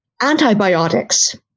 Antibiotics